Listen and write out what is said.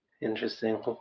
Interesting